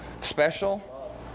Special